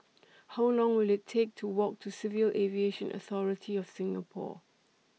How Long Will IT Take to Walk to Civil Aviation Authority of Singapore